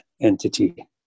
entity